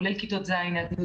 כולל כיתות ז' עד י',